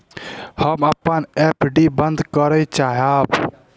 हम अपन एफ.डी बंद करय चाहब